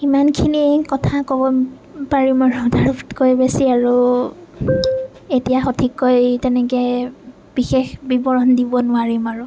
ইমানখিনি কথা ক'ব পাৰি মোৰ হঠাতকৈ বেছি আৰু এতিয়া সঠিককৈ তেনেকৈ বিশেষ বিৱৰণ দিব নোৱাৰিম আৰু